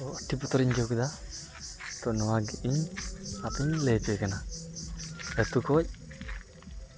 ᱛᱳ ᱟᱹᱰᱤ ᱵᱚᱛᱚᱨᱤᱧ ᱟᱹᱭᱠᱟᱹᱣ ᱠᱮᱫᱟ ᱛᱳ ᱱᱚᱣᱟᱜᱮ ᱤᱧ ᱟᱯᱮᱧ ᱞᱟᱹᱭ ᱟᱯᱮ ᱠᱟᱱᱟ ᱟᱹᱛᱩ ᱠᱷᱚᱱ